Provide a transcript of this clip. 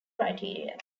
criteria